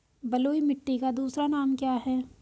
बलुई मिट्टी का दूसरा नाम क्या है?